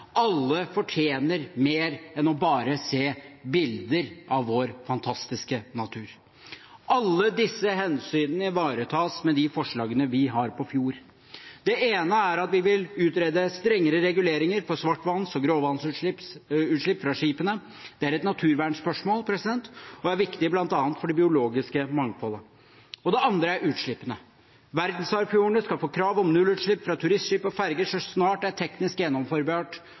Alle fortjener mer enn bare å se bilder av vår fantastiske natur. Alle disse hensynene ivaretas med de forslagene vi har når det gjelder fjordene. Det ene er at vi vil utrede strengere reguleringer for svartvanns- og gråvannsutslipp fra skipene. Det er et naturvernspørsmål og er viktig bl.a. for det biologiske mangfoldet. Det andre er utslippene. Verdensarvfjordene skal få krav om nullutslipp fra turistskip og ferger så snart det er teknisk